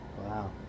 Wow